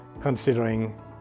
considering